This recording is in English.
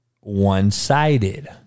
one-sided